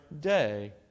day